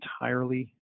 entirely